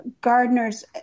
Gardeners